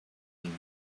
king